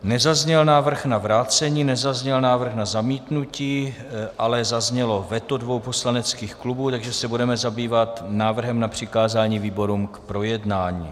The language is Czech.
Nezazněl návrh na vrácení, nezazněl návrh na zamítnutí, ale zaznělo veto dvou poslaneckých klubů, takže se budeme zabývat návrhem na přikázání výborům k projednání.